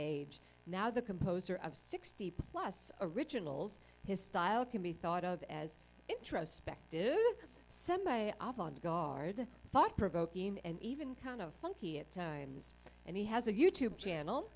age now the composer of sixty plus originals his style can be thought of as introspective semi off on guard thought provoking and even kind of funky at times and he has a you tube channel